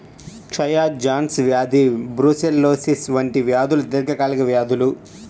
క్షయ, జాన్స్ వ్యాధి బ్రూసెల్లోసిస్ వంటి వ్యాధులు దీర్ఘకాలిక వ్యాధులు